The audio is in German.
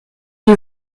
die